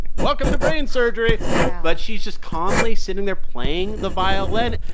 welcome to brain surgery wow but she's just calmly sitting there playing the violin.